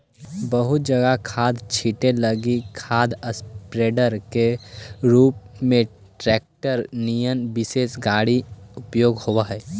बहुत जगह पर खाद छीटे लगी खाद स्प्रेडर के रूप में ट्रेक्टर निअन विशेष गाड़ी के उपयोग होव हई